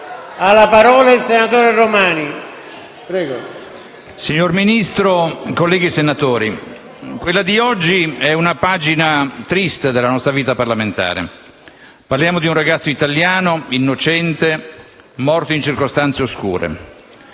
signor Ministro, colleghi senatori, quella odierna è una pagina triste della nostra vita parlamentare: parliamo di un ragazzo italiano innocente, morto in circostanze oscure,